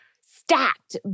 stacked